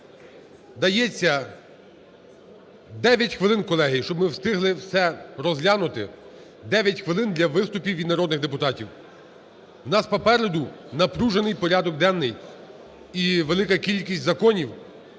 Дається 9 хвилин, колеги, щоб ми встигли все розглянути. Дев'ять хвилин для виступів від народних депутатів. У нас попереду напружений порядок денний і велика кількість законів,